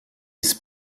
ist